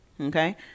Okay